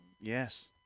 Yes